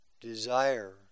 desire